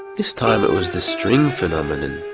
this time it was the string phenomenon.